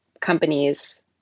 companies